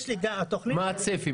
מה הצפי?